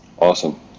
Awesome